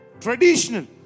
Traditional